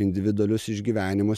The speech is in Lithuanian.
individualius išgyvenimus